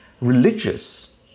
religious